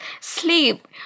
sleep